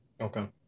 Okay